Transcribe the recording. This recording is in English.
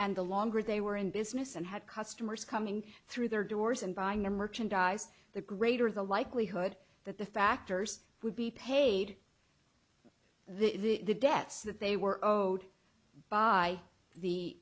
and the longer they were in business and had customers coming through their doors and buying the merchandise the greater the likelihood that the factors would be paid the debts that they were by the